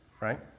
right